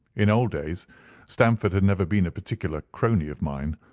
in old days stamford had never been a particular crony of mine,